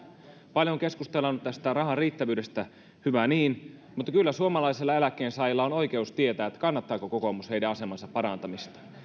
paljon keskustellaan tästä rahan riittävyydestä hyvä niin mutta kyllä suomalaisilla eläkkeensaajilla on oikeus tietää kannattaako kokoomus heidän asemansa parantamista